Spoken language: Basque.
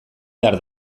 behar